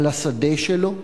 על השדה שלו?